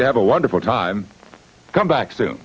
you have a wonderful time come back so